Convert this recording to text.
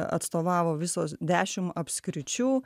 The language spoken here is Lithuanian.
atstovavo visos dešim apskričių